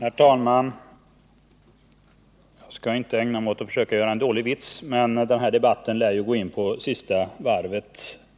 Herr talman! Jag skall inte ägna mig åt att försöka göra en dålig vits, men den här debatten lär ju